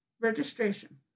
Registration